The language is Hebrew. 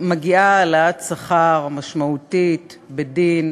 מגיעה העלאת שכר משמעותית בדין,